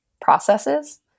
processes